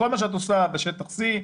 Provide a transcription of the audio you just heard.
כל מה שאת עושה בשטח C,